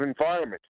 environment